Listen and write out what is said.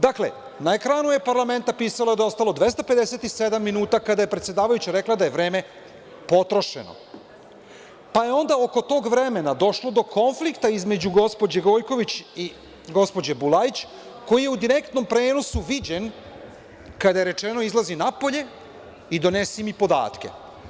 Dakle, na ekranu e-parlamenta pisalo je da je ostalo 257 minuta kada je predsedavajuća rekla da je vreme potrošeno, pa je onda oko tog vremena došlo do konflikta između gospođe Gojković i gospođe Bulajić, koji je u direktnom prenosu viđen, kada je rečeno – izlazi napolje i donesi mi podatke.